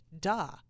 duh